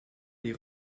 les